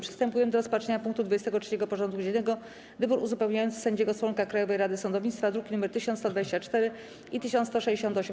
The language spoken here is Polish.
Przystępujemy do rozpatrzenia punktu 23. porządku dziennego: Wybór uzupełniający sędziego-członka Krajowej Rady Sądownictwa (druki nr 1124 i 1168)